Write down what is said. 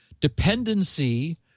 dependency